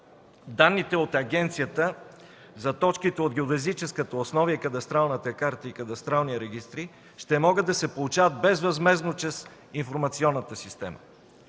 Данните от агенцията за точките от геодезическата основа и кадастралната карта и кадастралните регистри ще могат да се получават безвъзмездно чрез информационната система.